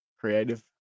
Creative